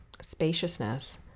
spaciousness